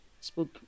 spoke